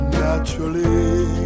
naturally